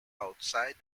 outside